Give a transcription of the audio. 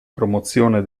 promozione